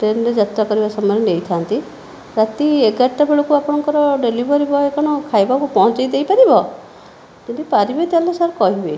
ଟ୍ରେନ୍ରେ ଯାତ୍ରା କରିବା ସମୟରେ ନେଇଥାଆନ୍ତି ରାତି ଏଗାରଟା ବେଳକୁ ଆପଣଙ୍କର ଡେଲିଭରୀ ବଏ କ'ଣ ଖାଇବାକୁ ପହଞ୍ଚାଇ ଦେଇପାରିବ ଯଦି ପାରିବେ ତା'ହେଲେ ସାର୍ କହିବେ